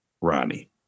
Ronnie